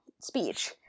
speech